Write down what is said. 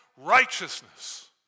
righteousness